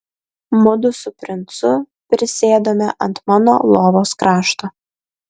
mudu su princu prisėdome ant mano lovos krašto